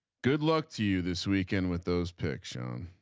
good luck to you this weekend with those picks shown.